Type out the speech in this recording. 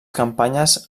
campanyes